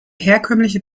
herkömmliche